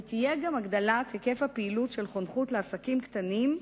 ותהיה גם הגדלת היקף הפעילות של חונכות לעסקים קטנים,